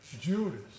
Judas